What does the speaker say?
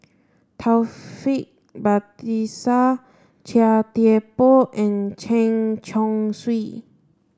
Taufik Batisah Chia Thye Poh and Chen Chong Swee